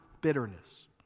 bitterness